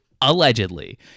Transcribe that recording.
allegedly